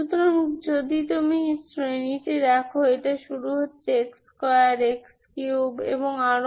সুতরাং যদি তুমি শ্রেণিটি দেখ এটা শুরু হচ্ছে x2 x3 এবং আরও